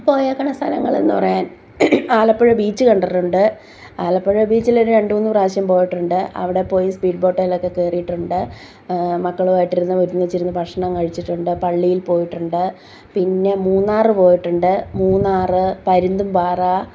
പോയേക്കുന്ന സ്ഥലങ്ങളെന്ന് പറയാൻ ആലപ്പുഴ ബീച്ച് കണ്ടിട്ടുണ്ട് ആലപ്പുഴ ബീച്ചിൽ രണ്ടുമൂന്നു പ്രാവശ്യം പോയിട്ടുണ്ട് അവിടെപ്പോയി സ്പീഡ് ബോട്ടിലൊക്കെ കയറിയിട്ടുണ്ട് മക്കളുമായിട്ട് ഇരുന്നു ഒരുമിച്ചിരുന്ന് ഭക്ഷണം കഴിച്ചിട്ടുണ്ട് പള്ളിയിൽ പോയിട്ടുണ്ട് പിന്നെ മൂന്നാറ് പോയിട്ടുണ്ട് മൂന്നാറ് പരുന്തുംപാറ